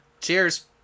Cheers